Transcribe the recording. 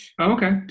okay